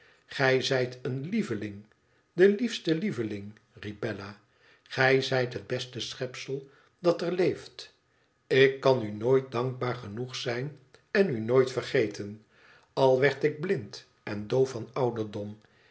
gij zijt een lieveling de liefste lieveling riep bella gijzijthet beste schepsel dat er leeft ik kan u nooit dankbaar genoeg zijn en u nooit vergeten al werd ik blind en doof van ouderdom